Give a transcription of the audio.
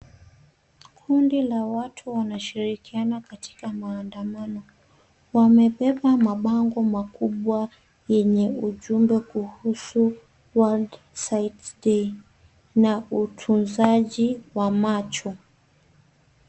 Kundi la watu wanashirikiana katika maandamano. Wamebeba mabango makubwa yenye ujumbe kuhusu WORLD SIGHTS DAY na utunzaji wa macho.